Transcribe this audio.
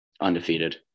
undefeated